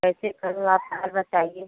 कैसे करूँ आप हल बताइए